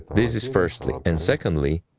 this is firstly. and secondly,